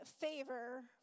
favor